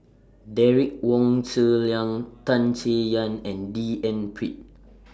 Derek Wong Zi Liang Tan Chay Yan and D N Pritt